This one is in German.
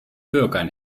bürgern